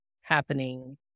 happening